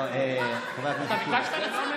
(אומר בערבית ומתרגם:) צאי החוצה.